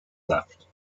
left